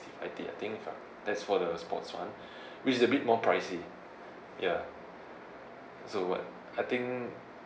sixty five T I think if a that's for the sports one which is a bit more pricey ya so what I think